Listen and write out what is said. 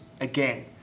again